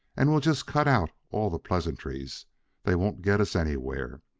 and we'll just cut out all the pleasantries they won't get us anywhere.